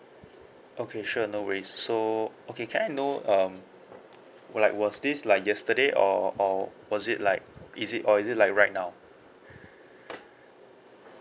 okay sure no worries so okay can I know um like was this like yesterday or or was it like is it or is it like right now